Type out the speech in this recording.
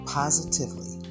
positively